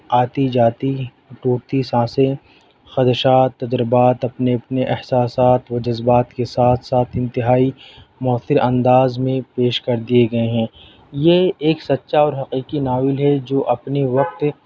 آتی جاتی روتی سانسیں خدشات تجربات اپنے اپنے احساسات و جذبات کے ساتھ ساتھ انتہائی مؤثر انداز میں پیش کر دیئے گئے ہیں یہ ایک سچا اور حقیقی ناول ہے جو اپنے وقت